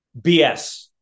BS